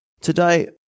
today